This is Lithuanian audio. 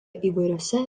įvairiose